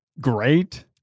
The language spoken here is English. great